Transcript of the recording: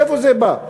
מאיפה זה בא?